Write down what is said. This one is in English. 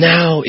Now